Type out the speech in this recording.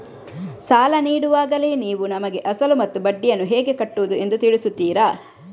ಸಾಲ ನೀಡುವಾಗಲೇ ನೀವು ನಮಗೆ ಅಸಲು ಮತ್ತು ಬಡ್ಡಿಯನ್ನು ಹೇಗೆ ಕಟ್ಟುವುದು ಎಂದು ತಿಳಿಸುತ್ತೀರಾ?